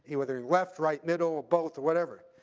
whether left, right, middle, or both, or whatever.